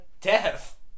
death